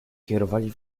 kierowali